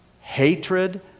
hatred